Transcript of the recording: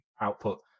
output